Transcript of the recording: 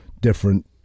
different